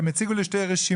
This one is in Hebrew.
הם הציגו לי שתי רשימות,